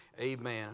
amen